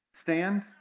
stand